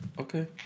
Okay